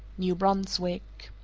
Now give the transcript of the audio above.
new brunswick.